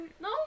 No